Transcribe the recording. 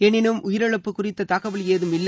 எனினும் உயிரிழப்பு குறித்த தகவல் ஏதும் இல்லை